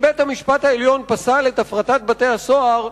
אם בית-המשפט העליון פסל את הפרטת בתי-הסוהר,